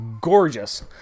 gorgeous